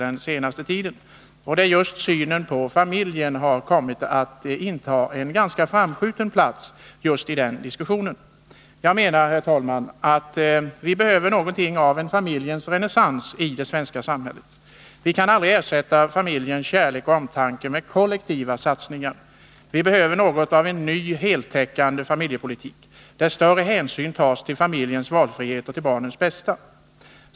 I den debatt som har följt har just synen på familjen kommit att inta en ganska framskjuten plats. Jag menar, herr talman, att vi behöver något av en familjens renässans i det svenska samhället. Vi kan aldrig ersätta familjens kärlek och omtanke med kollektiva satsningar. Vi behöver något av en ny, heltäckande familjepolitik där större hänsyn tas till familjens valfrihet och barnens bästa.